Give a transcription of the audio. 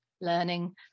learning